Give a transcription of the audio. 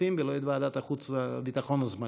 הכספים ולא ועדת החוץ והביטחון הזמנית.